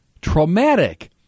traumatic